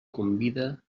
convida